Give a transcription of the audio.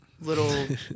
little